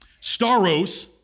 Staros